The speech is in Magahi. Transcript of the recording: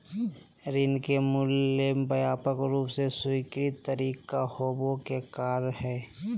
ऋण के मूल्य ले व्यापक रूप से स्वीकृत तरीका होबो के कार्य हइ